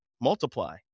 multiply